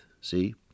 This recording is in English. See